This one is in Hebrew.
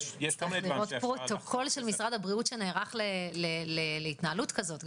לראות פרוטוקול של משרד הבריאות שנערך להתנהלות כזאת.